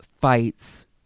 fights